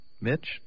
Mitch